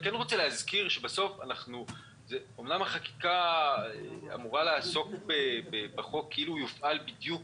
אני רוצה להזכיר שאמנם החקיקה אמורה לעסוק בחוק כאילו הוא יופעל בדיוק